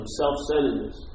self-centeredness